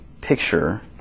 picture